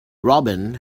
robin